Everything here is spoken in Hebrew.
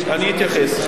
אני אתייחס.